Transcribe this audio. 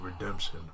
redemption